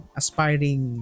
aspiring